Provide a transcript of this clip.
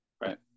Right